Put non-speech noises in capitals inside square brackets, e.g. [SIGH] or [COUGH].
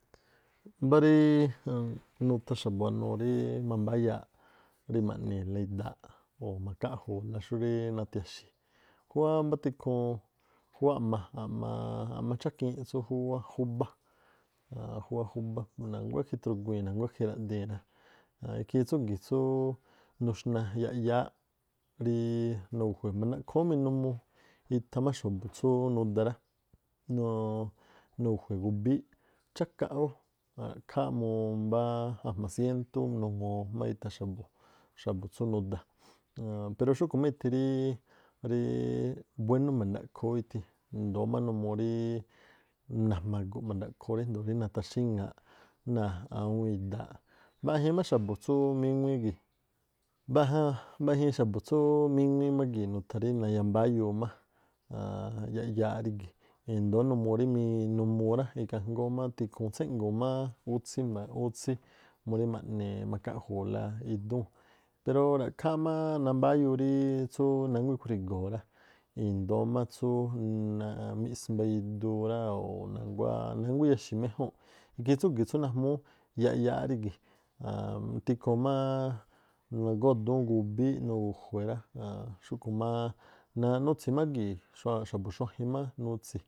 Mbá rií nutha xa̱buanuu rí manbá yaaꞌ, rí ma̱ni̱la idaaꞌ o̱ ma̱khaꞌju̱u̱la xúrí nathiaxi̱. júwá mbá tihuun júwá a̱ꞌma, a̱ꞌma ch́akiin tsú júwá júbá [HESITATION] na̱guá jithrugui̱n, na̱guá jiradii̱n rá, ikhiin tsúgi̱ tsú nuxna yaꞌyáá ríí nugu̱jue̱, mba̱ndaꞌkhoo ú minumuu itha má xa̱bu̱ tsú nuda rá, [HESITATION] nugu̱jue̱ gubííꞌ cháka ú, ra̱khááꞌ mu ajma̱ siéntú ú minumuu má itha má xa̱bu̱, xa̱bu̱ tsú nuda. Pero xú̱khu̱ má ithi rí buénú ma̱ndaꞌkhoo ú ithi, ndóó má numuu rí najmaguꞌ ma̱ndaꞌkhoo ú rijndo̱o nathaxíŋa̱aꞌ náa̱ awúún idaaꞌ. Mbaꞌjiin má xa̱bu̱ tsú míŋuíí gii̱- mbaꞌjiin má xa̱bu̱ tsú míŋuíí gii̱- nutha rí naya mbáyuu má [HESITATION] yaꞌyááꞌ rígi̱. I̱ndóó numuu rí minumu rá, ikhaa jngóó má tikhuun tséꞌnguu̱n má útsí- má útsí- murí ma̱khaꞌju̱u̱la idúu̱n, pero ra̱ꞌkhááꞌ má nambáyuu ríí tsú nánguá ikhrui̱go̱o̱ rá, i̱ndóó má tsú miꞌsbaa iduu rá o̱ na̱nguá, o̱ nánguá iyaxi̱ méjúu̱nꞌ. Ikhiin tsúgi̱ tsú najmúú yaꞌyááꞌ rígi̱. [HESITATION] tikhuun máá nagódúún gubíí nugu̱jue̱ rá, aan xúkhu̱ máá nutsi̱ má gii̱ xuaa- xa̱bu̱- xuajin má nutsii̱.